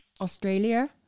Australia